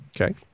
Okay